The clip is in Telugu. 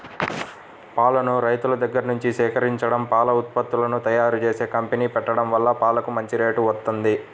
పాలను రైతుల దగ్గర్నుంచి సేకరించడం, పాల ఉత్పత్తులను తయ్యారుజేసే కంపెనీ పెట్టడం వల్ల పాలకు మంచి రేటు వత్తంది